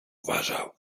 uważał